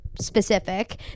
Specific